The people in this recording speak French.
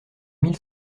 mille